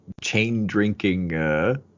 chain-drinking